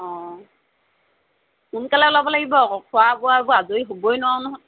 অঁ সোনকালে ল'ব লাগিব আকৌ খোৱা বোৱাবোৰ আজৰি হ'বই নোৱাৰো নহয়